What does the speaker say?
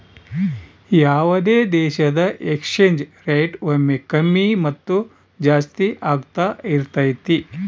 ಯಾವುದೇ ದೇಶದ exchange rate ಒಮ್ಮೆ ಕಮ್ಮಿ ಮತ್ತು ಜಾಸ್ತಿ ಆಗ್ತಾ ಇರತೈತಿ